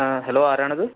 ആ ഹലോ ആരാണിത്